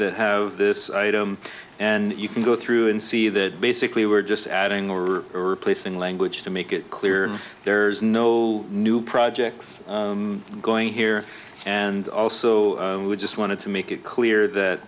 that have this item and you can go through and see that basically we're just adding or replacing language to make it clear there's no new projects going here and also just wanted to make it clear that